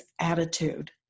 attitude